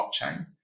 blockchain